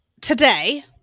today